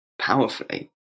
powerfully